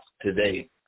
today